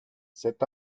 cet